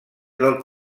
del